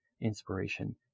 inspiration